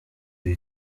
ibi